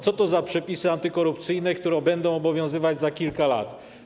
Co to za przepisy antykorupcyjne, które będą obowiązywać za kilka lat?